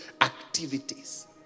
activities